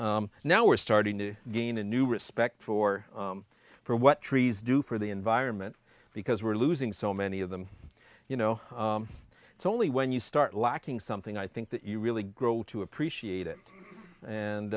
that now we're starting to gain a new respect for for what trees do for the environment because we're losing so many of them you know it's only when you start lacking something i think that you really grow to appreciate it and